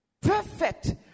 Perfect